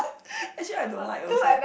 actually I don't like also